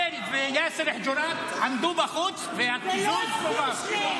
הרבה לפני יאסר חוג'יראת, עמדו בחוץ והקיזוז קוזז.